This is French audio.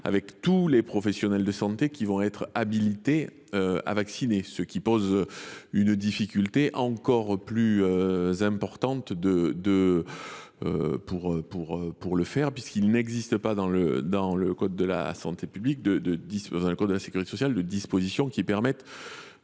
avec tous les professionnels de santé qui vont être habilités à vacciner, ce qui pose une difficulté encore plus importante, puisqu’il n’existe pas, dans le code de la sécurité sociale, de dispositions qui permettent